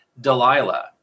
Delilah